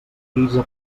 guisa